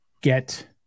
get